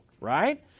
right